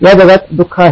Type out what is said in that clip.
या जगात दुःख आहे